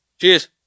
Cheers